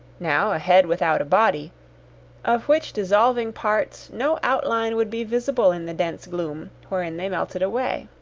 now a head without a body of which dissolving parts, no outline would be visible in the dense gloom wherein they melted away.